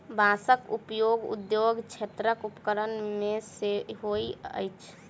बांसक उपयोग उद्योग क्षेत्रक उपकरण मे होइत अछि